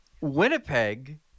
Winnipeg